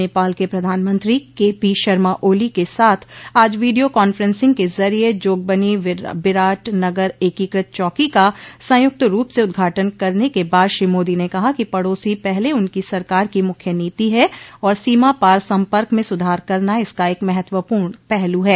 नेपाल के प्रधानमंत्री के पी शर्मा ओली के साथ आज वीडियो कॉन्फ्रेंसिंग के जरिये जोगबनी बिराट नगर एकीकृत चौकी का संयुक्त रूप से उदघाटन करने के बाद श्री मोदी ने कहा कि पड़ोसी पहले उनकी सरकार की मुख्य नीति है और सीमा पार सम्पर्क में सुधार करना इसका एक महत्वपूर्ण पहलू है